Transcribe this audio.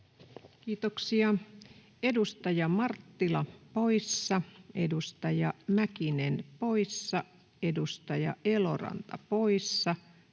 Kiitoksia. — Edustaja Marttila poissa, edustaja Mäkinen poissa, edustaja Eloranta poissa,